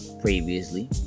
previously